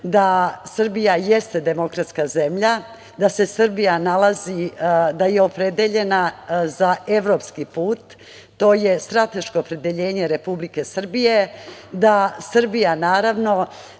da Srbija jeste demokratska zemlja, da je Srbija opredeljena za evropski put, to je strateško opredeljenje Republike Srbije, da Srbija, naravno,